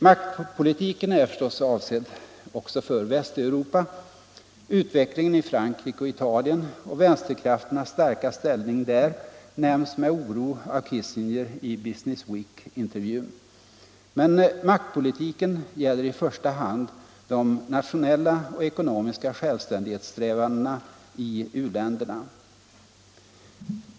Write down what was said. Maktpolitiken är förstås avsedd också för Västeuropa. Utvecklingen i Frankrike och Italien och de kommunistiska partiernas starka ställning där nämns med oro av Kissinger i Business Week-intervjun. Men maktpolitiken gäller i första hand de nationella och ekonomiska självständighetssträvandena i u-länderna.